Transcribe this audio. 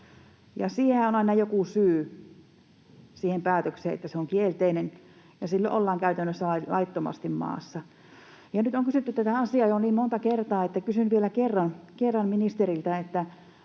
siihenhän on aina joku syy, että se päätös on kielteinen, ja silloin ollaan käytännössä laittomasti maassa — ja nyt on kysytty tätä asiaa jo niin monta kertaa, että kysyn vielä kerran ministeriltä: